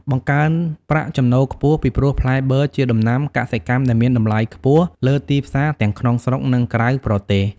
បង្កើនប្រាក់ចំណូលខ្ពស់ ពីព្រោះផ្លែបឺរជាដំណាំកសិកម្មដែលមានតម្លៃខ្ពស់លើទីផ្សារទាំងក្នុងស្រុក និងក្រៅប្រទេស។